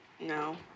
No